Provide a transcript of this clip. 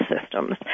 Systems